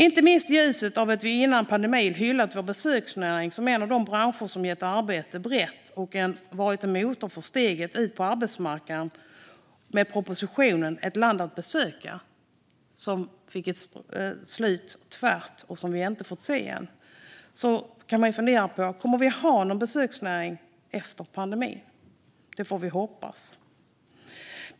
Inte minst i ljuset av att vi före pandemin hyllat vår besöksnäring som en av de branscher som gett arbete brett och varit en motor för steget ut på arbetsmarknaden och propositionen Ett land att besöka , som fick ett tvärt slut och som vi inte fått se än, kan man fundera på om vi kommer att ha någon besöksnäring efter pandemin. Det får vi hoppas.